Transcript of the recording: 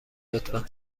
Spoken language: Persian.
لطفا